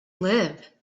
live